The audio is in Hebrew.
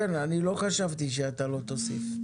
כן אני לא חשבתי שאתה לא תוסיף,